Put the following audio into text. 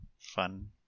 Fun